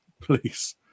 Please